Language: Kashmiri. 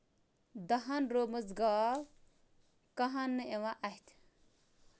دَہن رٲومٕژ گاو کَہن نہٕ یِوان اَتھِ